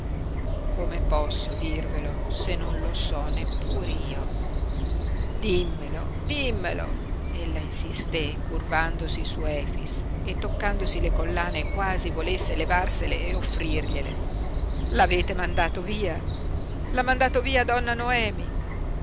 come posso dirvelo se non lo so neppur io dimmelo dimmelo ella insisté curvandosi su efix e toccandosi le collane quasi volesse levarsele e offrirgliele l'avete mandato via l'ha mandato via donna noemi